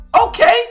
Okay